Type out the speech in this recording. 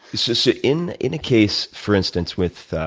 so so in in a case for instance with